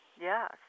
Yes